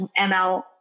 ML